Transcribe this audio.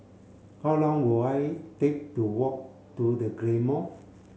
how long will it take to walk to The Claymore